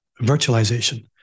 virtualization